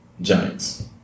Giants